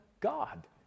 God